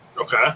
Okay